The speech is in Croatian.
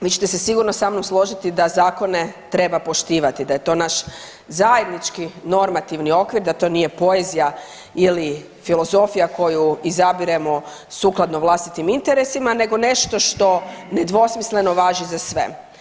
Vi ćete se sigurno sa mnom složiti da zakone treba poštivati, da je to naš zajednički normativni okvir, da to nije poezija ili filozofija koju izabiremo sukladno vlastitim interesima nego nešto što nedvosmisleno važi za sve.